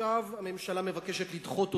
עכשיו הממשלה מבקשת לדחות אותו.